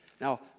Now